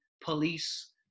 police